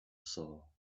saw